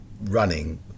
running